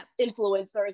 influencers